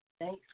Thanks